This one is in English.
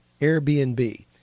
Airbnb